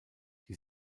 die